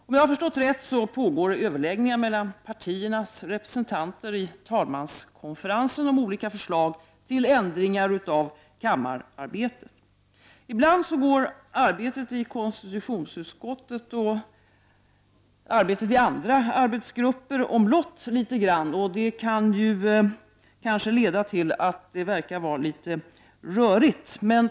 Om jag har förstått rätt pågår överläggningar mellan partiernas representanter i talmanskonferensen om olika förslag till ändringar av kammararbetet. Ibland går arbetet i konstitutionsutskottet och arbetet i andra arbetsgrupper omlott litet grand. Det kan kanske leda till att det verkar vara litet rörigt.